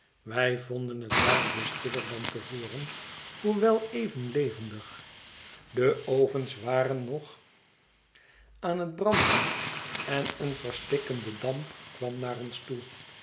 wij vonden het daar dus stiller dan te voren hoewel jeven levendig de ovens waren nog aan het branden en een verstikkende damp kwam naar ons toe